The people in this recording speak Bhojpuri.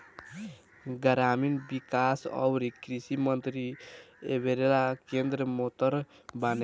ग्रामीण विकास अउरी कृषि मंत्री एबेरा नरेंद्र तोमर बाने